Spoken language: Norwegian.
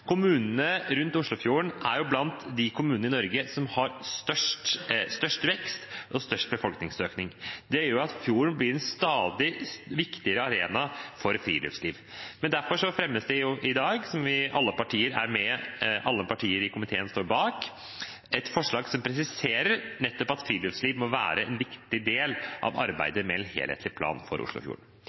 Kommunene rundt Oslofjorden er blant de kommunene i Norge som har størst vekst og størst befolkningsøkning. Det gjør at fjorden blir en stadig viktigere arena for friluftsliv. Derfor fremmes det i dag et forslag, som alle partier i komiteen står bak, som presiserer nettopp at friluftsliv må være en viktig del av arbeidet med en helhetlig plan for Oslofjorden.